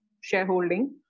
shareholding